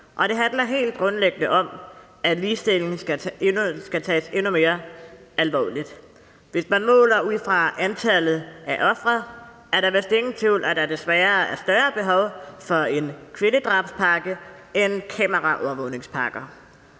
og det handler helt grundlæggende om, at ligestillingen skal tages endnu mere alvorligt. Hvis man måler ud fra antallet af ofre, er der vist ingen tvivl om, at der desværre er større behov for en kvindedrabspakke end en kameraovervågningspakke.